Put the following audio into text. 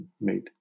made